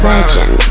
Legend